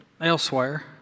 elsewhere